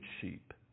sheep